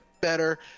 better